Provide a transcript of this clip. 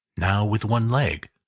now with one leg,